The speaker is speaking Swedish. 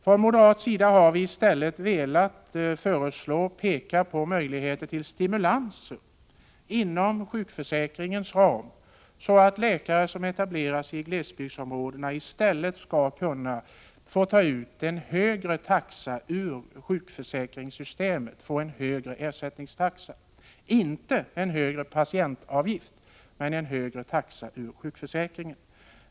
Från moderat sida har vi i stället velat peka på möjligheter till stimulanser inom sjukförsäkringens ram, så att läkare som etablerar sig i glesbygdsområden i stället skall kunna ta ut högre taxa från sjukförsäkringssystemet, dvs. få en högre ersättningstaxa — inte ta ut högre patientavgifter.